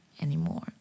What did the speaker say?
anymore